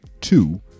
two